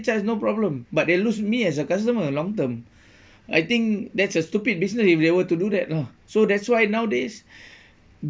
charge no problem but they lose me as a customer long term I think that's a stupid business if they were to do that lah so that's why nowadays